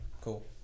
Cool